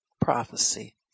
prophecy